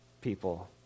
people